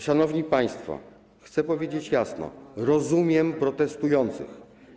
Szanowni państwo, chcę powiedzieć jasno: Rozumiem protestujących.